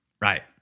Right